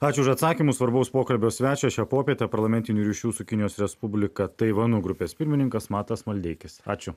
ačiū už atsakymus svarbaus pokalbio svečias šią popietę parlamentinių ryšių su kinijos respublika taivanu grupės pirmininkas matas maldeikis ačiū